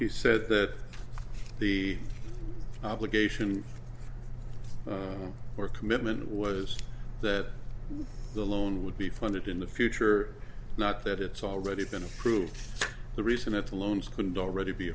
he said that the obligation or commitment was that the loan would be funded in the future not that it's already been approved the reason that the loans couldn't already be